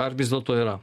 ar vis dėlto yra